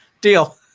Deal